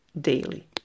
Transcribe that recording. daily